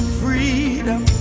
freedom